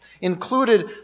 included